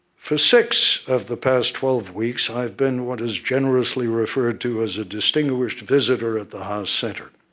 for six of the past twelve weeks, i've been what is generously referred to as a distinguished visitor at the haas center.